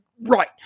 right